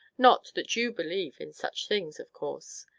not that you believe in such things, of course?